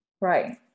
Right